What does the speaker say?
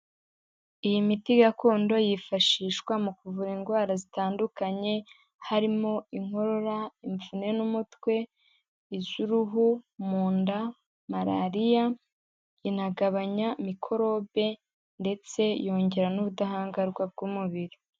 Iyi miti gakondo, yifashishwa mu kuvura indwara zitandukanye, harimo inkorora, imvune n'umutwe, iz'uruhu, mu nda, malariya inagabanya mikorobe ndetse yongera n'ubudahangarwa bw'umubiri.